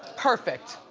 perfect,